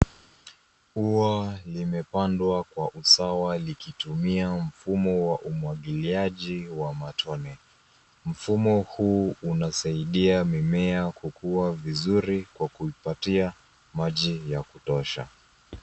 Ua limepandwa kwa usawa likitumia mfumo wa umwagiliaji wa matone. Mfumo huu unasaidia mimea kukua vizuri kwa kuipatia maji ya kutosha.